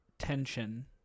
Tension